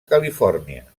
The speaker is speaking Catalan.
califòrnia